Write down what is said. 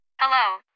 Hello